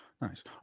Nice